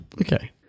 Okay